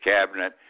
Cabinet